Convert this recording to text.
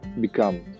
become